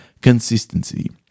consistency